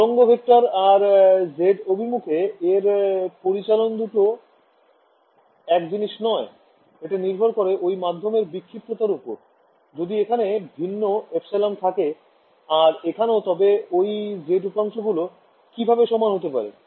তরঙ্গ ভেক্টর আর z অভিমুখে এর পরিচলন দুটো এক জিনিস নয় এটা নির্ভর করে ঐ মাধ্যমে বিক্ষিপ্ততার ওপর যদি এখানে ভিন্ন থাকে আর এখানেও তবে ঐ z উপাংশ গুলো কিভাবে সমান হতে পারে